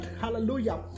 hallelujah